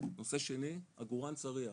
נושא שני, עגורן-צריח,